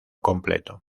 completo